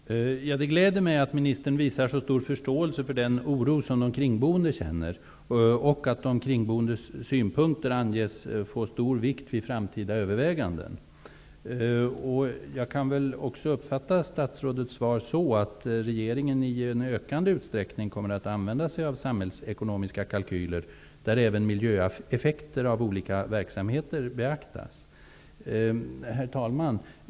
Herr talman! Det gläder mig att ministern visar så stor förståelse för den oro som de kringboende känner och att de kringboendes synpunkter anges få stor vikt vi framtida överväganden. Jag kan väl också uppfatta statsrådets svar så att regeringen i en ökande utsträckning kommer att använda sig av samhällsekonomiska kalkyler där även miljöeffekter av olika verksamheter beaktas. Herr talman!